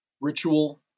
ritual